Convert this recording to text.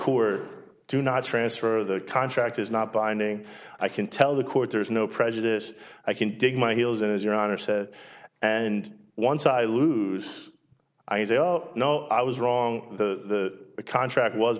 corner to not transfer the contract is not binding i can tell the court there's no prejudice i can dig my heels in as your honor says and once i lose i say oh no i was wrong the contract was